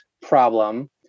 problem